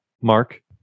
Mark